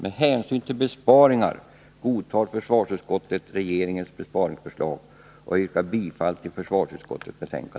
Med hänsyn till behovet av besparingar godtar utskottet regeringens besparingsförslag, och jag yrkar bifall till utskottets hemställan.